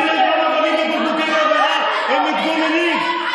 כשמיידים לעברם אבנים ובקבוקי תבערה הם מתגוננים,